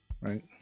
right